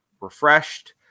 refreshed